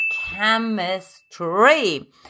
chemistry